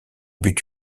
but